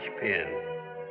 pin